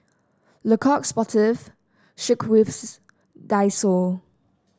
Le Coq Sportif Schweppes Daiso